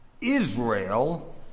Israel